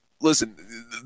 listen